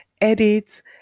edit